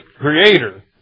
Creator